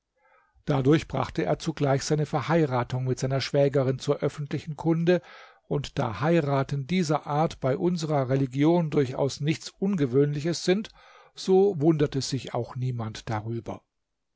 dadurch brachte er zugleich seine verheiratung mit seiner schwägerin zur öffentlichen kunde und da heiraten dieser art bei unserer religion durchaus nichts ungewöhnliches sind so wunderte sich auch niemand darüber